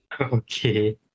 okay